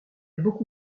beaucoup